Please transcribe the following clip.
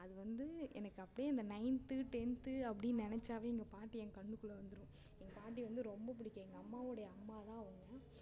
அது வந்து எனக்கு அப்படியே அந்த நைன்த்து டென்த்து அப்படின்னு நினச்சாவே என் பாட்டி என் கண்ணுக்குள்ள வந்துரும் என் பாட்டி வந்து எனக்கு ரொம்ப பிடிக்கும் எங்கள் அம்மாவுடைய அம்மாதான் அவங்க